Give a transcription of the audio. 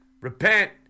Repent